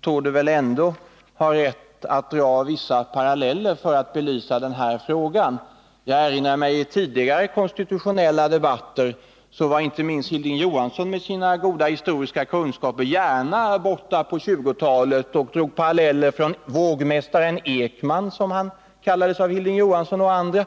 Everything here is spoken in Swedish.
torde ändå ha rätt att dra vissa paralleller för att belysa frågan. Jag erinrar mig att i tidigare konstitutionella debatter var inte minst Hilding Johansson med sina goda historiska kunskaper gärna borta på 1920-talet och drog paralleller från vågmästaren Ekman, som han kallades av Hilding Johansson och andra.